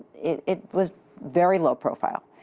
it it was very low profile.